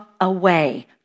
away